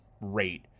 rate